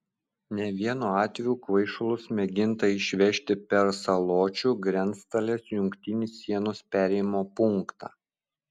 ne vienu atveju kvaišalus mėginta išvežti per saločių grenctalės jungtinį sienos perėjimo punktą